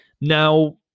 Now